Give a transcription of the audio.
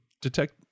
detect